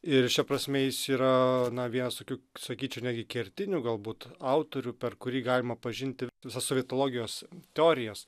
ir šia prasme jis yra na vienas tokių sakyčiau netgi kertinių galbūt autorių per kurį galima pažinti visas sovietologijos teorijas